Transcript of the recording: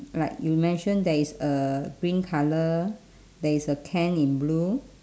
like you mentioned there is a green colour there is a can in blue